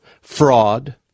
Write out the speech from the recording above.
fraud